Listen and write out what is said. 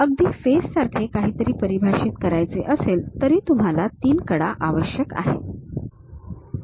अगदी फेस सारखे काहीतरी परिभाषित करायचे असेल तरी तुम्हाला 3 कडा आवश्यक असतील